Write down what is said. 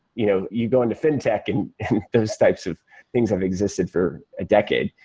you know you go into fin tech and those types of things have existed for a decade.